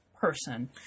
person